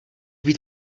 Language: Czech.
být